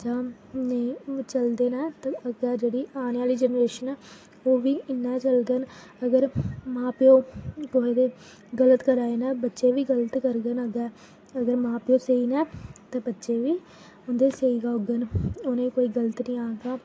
जां नेईं चलदे न ते अग्गें जेह्ड़ी आने आह्ली जनरेशन ऐ एह् ओह्बी इ'यां चलङन अगर मां प्योऽ कुसा दे गलत करङन ते बच्चे बी गलत करङन अग्गें अगर मां प्योऽ स्हेई न ते बच्चे बी उं'दे स्हेई होङन उ'नें कोई गलत निं आखग